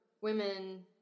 women